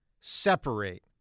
separate